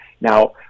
Now